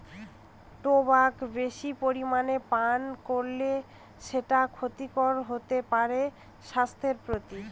tobacco বেশি পরিমানে পান করলে সেটা ক্ষতিকারক হতে পারে স্বাস্থ্যের প্রতি